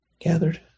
Gathered